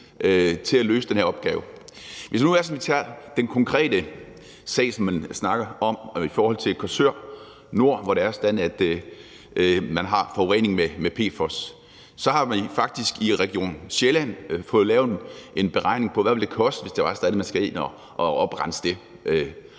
til at løse den her opgave. Hvis vi nu tager den konkrete sag, som man snakker om, sagen om Korsør Nord, hvor der er forurening med PFOS, så er det faktisk sådan, at man i Region Sjælland har fået lavet en beregning af, hvad det ville koste, hvis man skulle ind og oprense det,